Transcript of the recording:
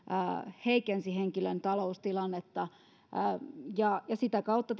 heikensi henkilön taloustilannetta sitä kautta